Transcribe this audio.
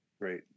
Great